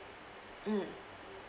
mm